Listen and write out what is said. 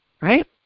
right